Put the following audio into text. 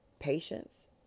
Patience